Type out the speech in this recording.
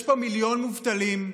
יש פה מיליון מובטלים.